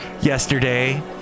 Yesterday